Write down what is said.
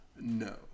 No